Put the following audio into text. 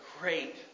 great